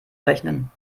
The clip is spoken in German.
rechnen